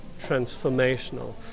transformational